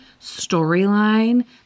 storyline